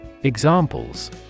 Examples